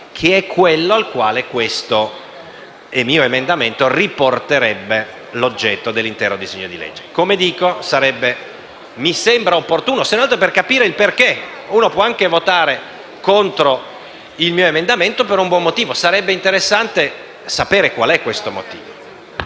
che è quello al quale il mio emendamento riporterebbe l'oggetto dell'intero disegno di legge. Mi sembra opportuno, se non altro per capire il perché: si può anche votare contro il mio emendamento per un buon motivo, ma sarebbe interessante sapere qual è.